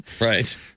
Right